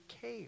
care